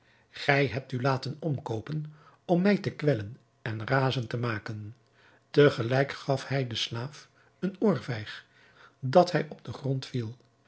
gij hebt u laten omkoopen om mij te kwellen en razend te maken te gelijk gaf hij den slaaf een oorvijg dat hij op den grond viel